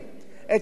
אז היום,